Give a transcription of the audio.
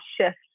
shift